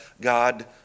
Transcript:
God